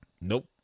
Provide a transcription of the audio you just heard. nope